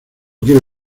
quiero